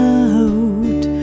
out